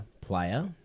player